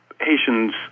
Haitians